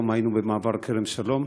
היום היינו במעבר כרם שלום.